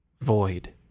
void